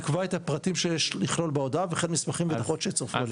ייקבע את הפרטים שיש לכלול בהודעה וכן מסמכים ודו"חות שצורפו להם".